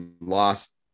lost